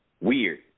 Weird